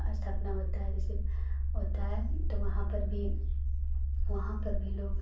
स्थापना होती है कि होती है तो वहाँ पर भी वहाँ पर भी लोग